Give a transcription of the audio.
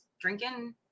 drinking